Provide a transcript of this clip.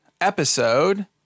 episode